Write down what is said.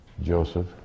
Joseph